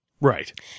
Right